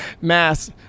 mass